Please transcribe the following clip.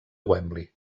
wembley